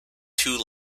two